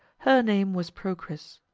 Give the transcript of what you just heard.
her name was procris.